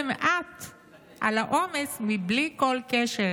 מדובר פחות או יותר באותו רוב כפי שהיה קיים עד היום,